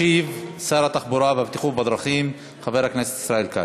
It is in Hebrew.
ישיב שר התחבורה והבטיחות בדרכים חבר הכנסת ישראל כץ.